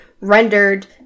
rendered